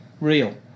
real